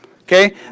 Okay